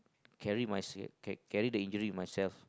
carry my s~ carry the injury myself